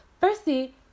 Firstly